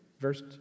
Verse